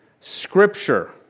Scripture